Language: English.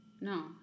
No